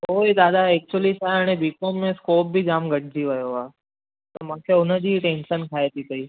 उहेई दादा एक्चुली त हाणे बी कॉम में स्कोप बि जाम घटिजी वियो आहे त मूंखे उन जी टेंशन खाए थी पई